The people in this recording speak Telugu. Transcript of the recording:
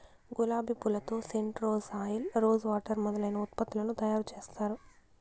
గులాబి పూలతో scent, rose oil, rose water మొదలైన ఉత్పత్తులను తయారు చేత్తారు